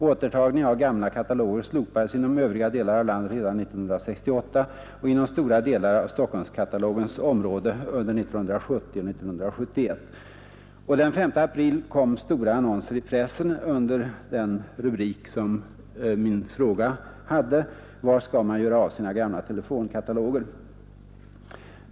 Återtagning av gamla kataloger slopades inom övriga delar av landet redan 1968 och inom stora delar av Stockholmskatalogens område under 1970 och 1971.” Och den 5 april kom stora annonser i pressen under den rubrik som min fråga hade: Var skall man göra av sina gamla telefonkataloger?